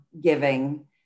giving